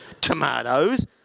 tomatoes